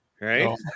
right